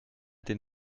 den